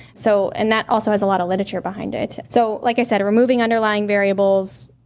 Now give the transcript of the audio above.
so and that also has a lot of literature behind it. so, like i said, removing underlying variables,